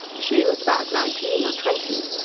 she was about nineteen or twenty,